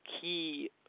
key